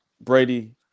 Brady